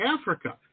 Africa